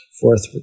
fourth